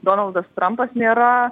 donaldas trampas nėra